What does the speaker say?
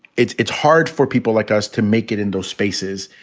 it's it's hard for people like us to make it in those spaces.